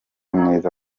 mwiza